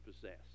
possess